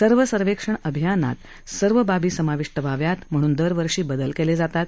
स्वच्छ सर्वेक्षण अभियानात सर्व बाबी समाविष्ट व्हाव्यात म्हणून दरवर्षी बदल केले जातात